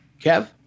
Kev